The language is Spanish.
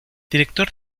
director